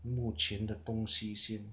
目前的东西先